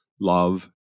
love